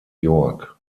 york